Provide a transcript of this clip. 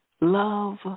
Love